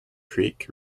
creek